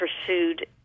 pursued